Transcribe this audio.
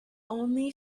only